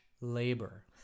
labor